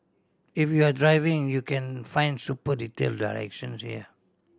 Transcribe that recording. if you're driving you can find super detail directions here